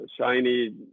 shiny